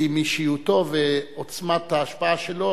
באישיותו ועוצמת ההשפעה שלו,